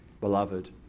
beloved